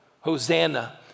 Hosanna